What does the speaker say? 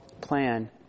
plan